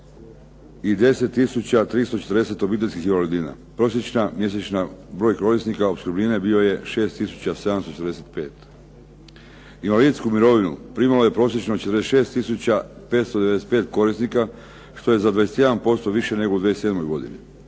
340 obiteljskih invalidnina. Prosječni mjesečni broj korisnika opskrbnine bio je 6 tisuća 745. Invalidsku mirovinu primalo je prosječno 46 tisuća 595 korisnika što je za 21% više u 2007. godini.